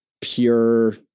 pure